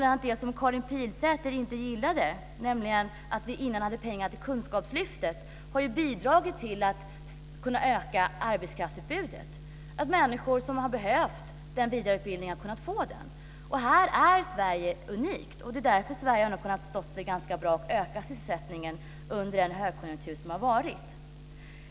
Det som Karin Pilsäter inte gillade, att vi tidigare hade pengar till Kunskapslyftet, har bidragit till att vi har kunnat öka arbetskraftsutbudet. Människor som har behövt vidareutbildning har kunnat få det. Här är Sverige unikt. Det är därför Sverige ändå har kunnat stå sig ganska bra och öka sysselsättningen under den högkonjunktur som har varit.